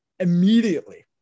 immediately